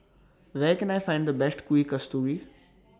Where Can I Find The Best Kuih Kasturi